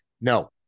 No